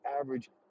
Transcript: average